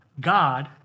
God